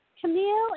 Camille